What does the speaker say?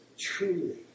truly